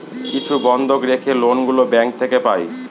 কিছু বন্ধক রেখে লোন গুলো ব্যাঙ্ক থেকে পাই